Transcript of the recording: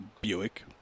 Buick